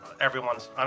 everyone's